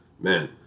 man